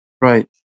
right